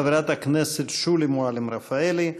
חברת הכנסת שולי מועלם-רפאלי.